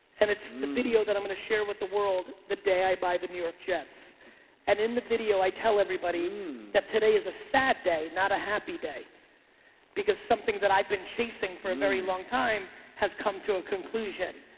and it's the video that i'm going to share with the world. the day i buy the new york jets and in the video i tell everybody that today is a sad day. not a happy day because something that i've been chasing for a very long time has come to a conclusion.